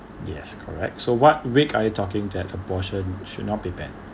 yes correct so what week are you talking that abortion should not be banned